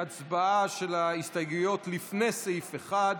להצבעה על ההסתייגויות לפני סעיף 1,